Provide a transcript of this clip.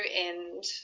end